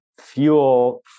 fuel